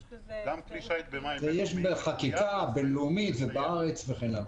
יש בחקיקה בין-לאומית בארץ וכן הלאה.